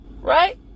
right